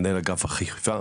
מנהל אגף אכיפה,